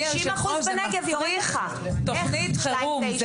אדוני היושב-ראש, זה מצריך תוכנית חירום.